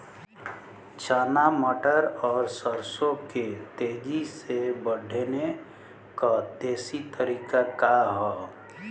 चना मटर और सरसों के तेजी से बढ़ने क देशी तरीका का ह?